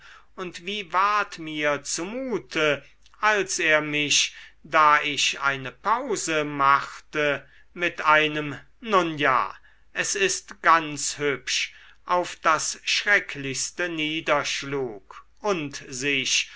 und wie ward mir zu mute als er mich da ich eine pause machte mit einem nun ja es ist ganz hübsch auf das schrecklichste niederschlug und sich